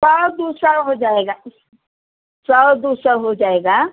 सौ दो सौ हो जाएगा सौ दो सौ हो जाएगा